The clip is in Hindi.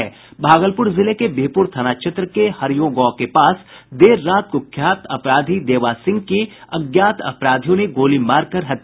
भागलपुर जिले के बिहपुर थाना क्षेत्र के हरिओ गांव के पास देर रात कुख्यात अपराधी देवा सिंह की अज्ञात अपराधियों ने गोली मारकर हत्या कर दी गयी